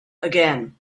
again